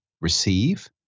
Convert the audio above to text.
receive